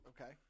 Okay